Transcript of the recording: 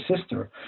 sister